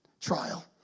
trial